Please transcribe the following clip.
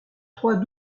trois